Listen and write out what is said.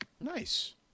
Nice